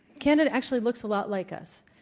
canada actually looks a lot like us,